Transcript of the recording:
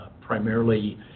primarily